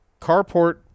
carport